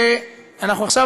שאנחנו עכשיו,